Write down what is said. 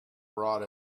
brought